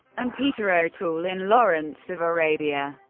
and peter o'toole in lawrence of arabia.